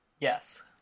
yes